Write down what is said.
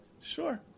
Sure